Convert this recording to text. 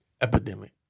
epidemic